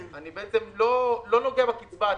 אני לא נוגע בקצבה עצמה,